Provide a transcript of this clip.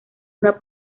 una